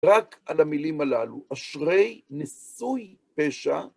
רק על המילים הללו: "אשרי נשוי פשע"